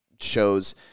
shows